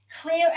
Clear